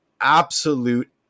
absolute